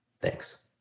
Thanks